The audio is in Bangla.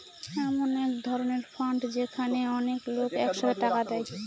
এমন এক ধরনের ফান্ড যেখানে অনেক লোক এক সাথে টাকা দেয়